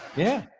yeah,